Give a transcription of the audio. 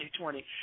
2020